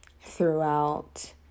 Throughout